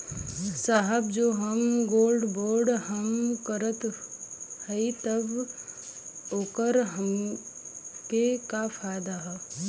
साहब जो हम गोल्ड बोंड हम करत हई त ओकर हमके का फायदा ह?